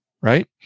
right